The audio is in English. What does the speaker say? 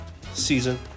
season